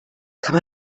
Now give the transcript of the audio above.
kann